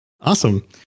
Awesome